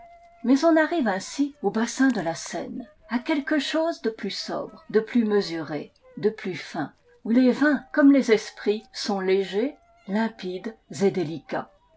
mais on arrive ainsi au bassin de la seine à quelque chose de plus sobre de plus mesuré de plus fin où les vins comme les esprits sont légers limpides et délicats